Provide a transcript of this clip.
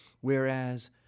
Whereas